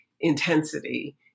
intensity